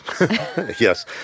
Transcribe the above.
Yes